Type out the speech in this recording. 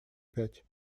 пять